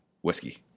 whiskey